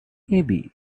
maybe